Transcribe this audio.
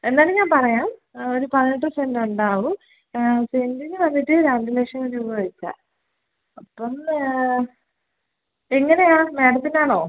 എന്നാലും ഞാൻ പറയാം ഒരു പതിനെട്ട് സെൻ്റ് ഉണ്ടാവും സെൻ്റിന് വന്നിട്ട് രണ്ട് ലക്ഷം രൂപ വച്ചാണ് അപ്പം എങ്ങനെയാണ് മാഡത്തിന്നാണോ